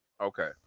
Okay